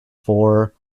four